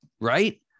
Right